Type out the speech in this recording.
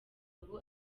ubu